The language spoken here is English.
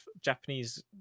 Japanese